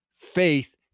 faith